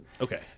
Okay